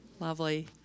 lovely